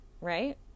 Right